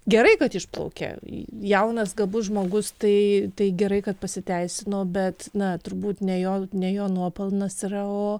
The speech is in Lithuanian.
gerai kad išplaukė jaunas gabus žmogus tai tai gerai kad pasiteisino bet na turbūt ne jo ne jo nuopelnas yra